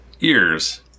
ears